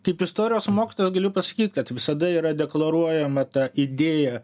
kaip istorijos mokytojas galiu pasakyt kad visada yra deklaruojama ta idėja